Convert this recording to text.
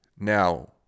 Now